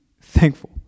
thankful